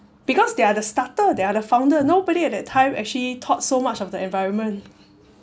because they are the starter they are founder nobody at that time actually thought so much of the environment